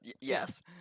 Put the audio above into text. yes